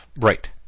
Right